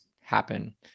happen